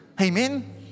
Amen